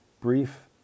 brief